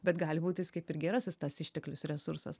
bet gali būt jis kaip ir gerasis tas išteklius resursas